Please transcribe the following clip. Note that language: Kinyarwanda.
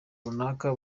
runaka